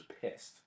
pissed